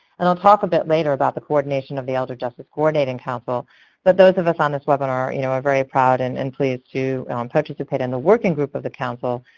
and i'll talk a bit later about the coordination of the elder justice coordinating council. but those of us on this webinar you know are very proud and and pleased to participate in the working group of the council,